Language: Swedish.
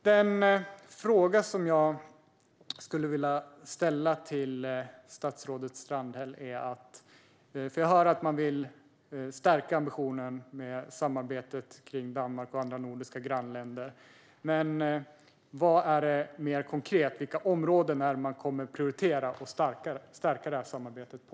Jag hör att man vill stärka ambitionen när det gäller samarbetet med Danmark och andra nordiska grannländer. Den fråga som jag skulle vilja ställa till statsrådet Strandhäll är: Vad är det mer konkret för områden som man kommer att prioritera att stärka samarbetet på?